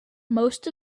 most